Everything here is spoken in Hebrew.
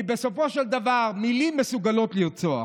כי בסופו של דבר מילים מסוגלות לרצוח.